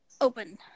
open